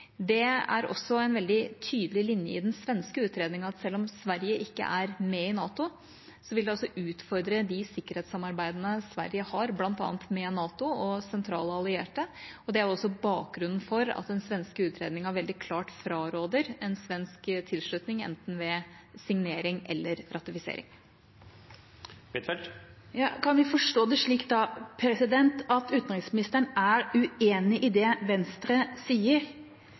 Det er også en veldig tydelig linje i den svenske utredningen, at selv om Sverige ikke er med i NATO, vil det utfordre de sikkerhetssamarbeidene Sverige har, bl.a. med NATO og sentrale allierte, og det er også bakgrunnen for at den svenske utredningen veldig klart fraråder en svensk tilslutning, enten ved signering eller ved ratifisering. Kan vi da forstå det slik at utenriksministeren er uenig i det Venstre sier